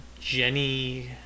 Jenny